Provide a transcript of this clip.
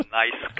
nice